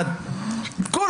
בלי